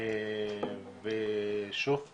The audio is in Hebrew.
שוב פעם,